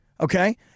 okay